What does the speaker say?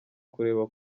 kurebera